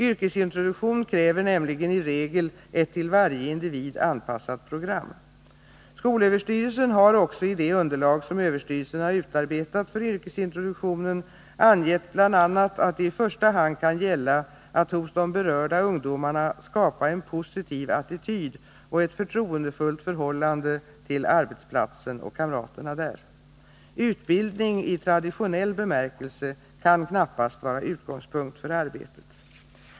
Yrkesintroduktion kräver nämligen i regel ett till varje individ anpassat program. Skolöverstyrelsen har också i det underlag som överstyrelsen har utarbetat för yrkesintroduktionen angett bl.a. att det i första hand kan gälla att hos de berörda ungdomarna skapa en positiv attityd och ett förtroendefullt förhållande till arbetsplatsen och kamraterna där. Utbildning i traditionell bemärkelse kan knappast vara utgångspunkt för arbetet.